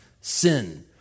sin